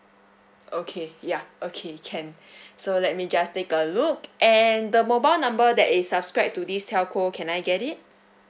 okay ya okay can so let me just take a look and the mobile number that is subscribed to this telco can I get it